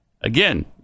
Again